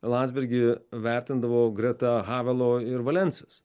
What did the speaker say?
landsbergį vertindavo greta havelo ir valensos